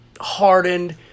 hardened